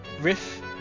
Riff